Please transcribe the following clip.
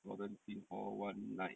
quarantine for one night